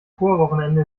chorwochenende